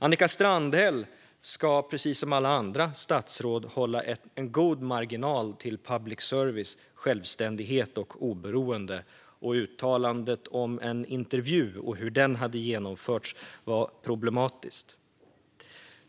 Annika Strandhäll ska precis som alla andra statsråd hålla en god marginal till public services självständighet och oberoende, och uttalandet om en intervju och hur den hade genomförts var problematiskt.